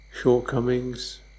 shortcomings